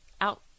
out